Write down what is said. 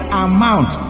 amount